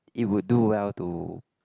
it will do well to